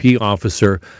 officer